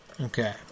Okay